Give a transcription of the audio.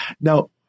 Now